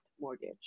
mortgage